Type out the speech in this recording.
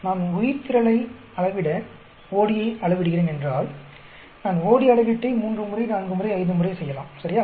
நான் உயிர்த்திரளை அளவிட OD ஐ அளவிடுகிறேன் என்றால் நான் OD அளவீட்டை மூன்று முறை நான்கு முறை ஐந்து முறை செய்யலாம் சரியா